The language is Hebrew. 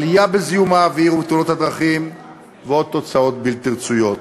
עלייה בזיהום האוויר ובתאונות הדרכים ועוד תוצאות בלתי רצויות.